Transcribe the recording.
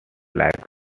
like